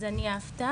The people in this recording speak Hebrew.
אז אני אבטם,